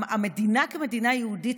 המדינה כמדינה יהודית,